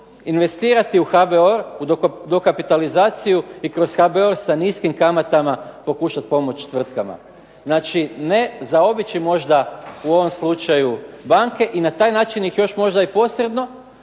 investirati u HBOR i dokapitalizaciju i kroz HBOR sa niskim kamatama pokušati pomoći tvrtkama. Znači ne zaobići možda u ovom slučaju banke i na taj način ih još možda i posredno